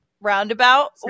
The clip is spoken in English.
roundabout